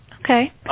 Okay